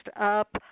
up